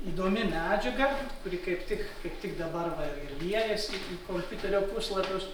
įdomi medžiaga kuri kaip tik kaip tik dabar va ir liejasi į kompiuterio puslapius